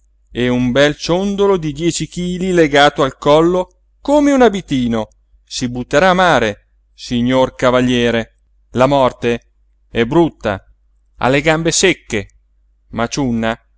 e un bel ciondolo di dieci chili legato al collo come un abitino si butterà a mare signor cavaliere la morte è brutta ha le gambe secche